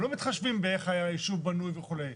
הם לא מתחשבים באיך היישוב היה בנוי וכו'.